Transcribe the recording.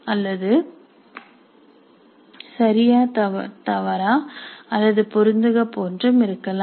அல்லது சரியா தவறா அல்லது பொருத்துக போன்றும் இருக்கலாம்